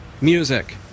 music